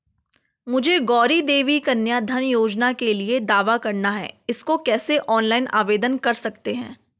मुझे गौरा देवी कन्या धन योजना के लिए दावा करना है इसको कैसे ऑनलाइन आवेदन कर सकते हैं?